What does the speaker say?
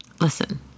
Listen